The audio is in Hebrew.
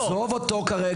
עזוב אותו כרגע.